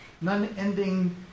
non-ending